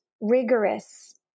rigorous